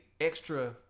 extra